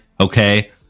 Okay